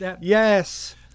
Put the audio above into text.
yes